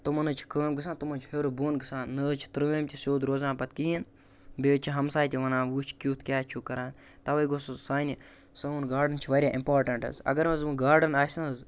تِمَن حظ چھِ کٲم گژھان تِمَن حظ چھِ ہیوٚر بۄن گژھان نہَ حظ چھِ ترٛٲمۍ تہِ سیوٚد روزان پَتہٕ کِہیٖنٛۍ بیٚیہِ حظ چھِ ہمساے تہِ وَنان وُچھ کٮُ۪تھ کیٛاہ چھُو کَران تَوے گوٚژھ سُہ سانہِ سون گارڈن چھُ واریاہ اِمپاٹَنٛٹ حظ اگر حظ وۄنۍ گارڈَن آسہِ نہٕ حظ